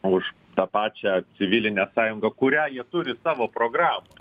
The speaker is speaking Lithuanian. už tą pačią civilinę sąjungą kurią jie turi savo programoj